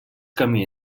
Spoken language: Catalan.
camí